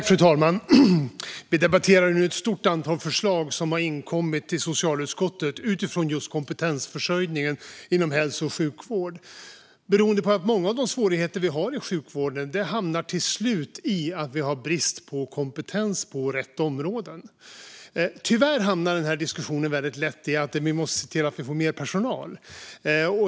Fru talman! Vi debatterar nu ett stort antal förslag som har inkommit till socialutskottet gällande kompetensförsörjningen inom hälso och sjukvård. Detta beror på att många av de svårigheter som finns i sjukvården till slut handlar om att det råder brist på kompetens på rätt områden. Tyvärr hamnar denna diskussion väldigt lätt i att vi måste se till att få mer personal.